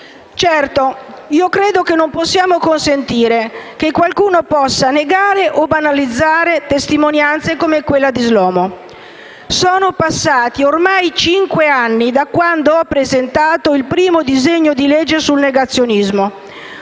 Certo non possiamo consentire che qualcuno possa negare o banalizzare testimonianze come quella di Shlomo. Sono passati ormai cinque anni da quando ho presentato il primo disegno di legge sul negazionismo,